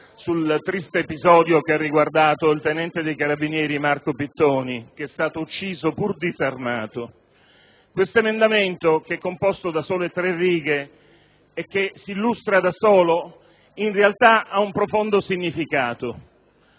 sul triste episodio che ha riguardato il tenente dei carabinieri Marco Pittoni, ucciso pur disarmato. L'emendamento 1.729, composto da sole tre righe e che si illustra da sé, in realtà ha un profondo significato: